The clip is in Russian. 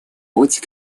путь